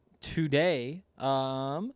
today